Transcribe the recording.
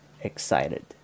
excited